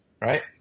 right